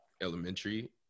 elementary